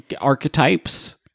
archetypes